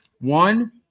One